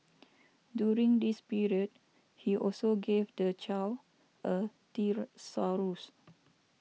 during this period he also gave the child a thesaurus